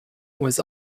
was